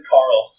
Carl